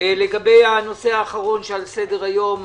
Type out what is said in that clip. לגבי הנושא האחרון שעל סדר היום,